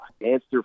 answer